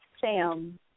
Sam